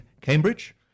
Cambridge